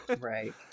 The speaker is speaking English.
right